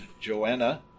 Joanna